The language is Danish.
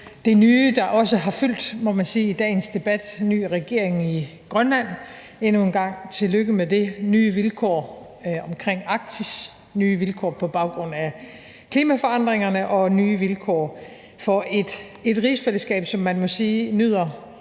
har fyldt, må man sige, i dagens debat: ny regering i Grønland, og endnu en gang tillykke med det; nye vilkår omkring Arktis; nye vilkår på baggrund af klimaforandringerne; og nye vilkår for et rigsfællesskab, som man må sige nyder